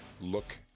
look